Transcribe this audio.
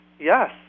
Yes